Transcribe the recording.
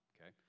okay